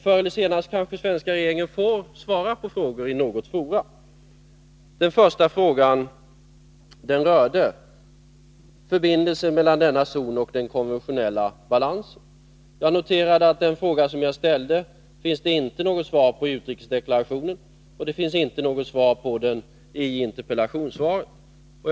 Förr eller senare kanske den svenska regeringen får svara på frågor i något forum. Den första frågan rörde förbindelsen mellan zonen och den konventionella balansen. Jag noterar att det inte finns något svar på den fråga som jag ställt, varken i utrikesdeklarationen eller i interpellationssvaret.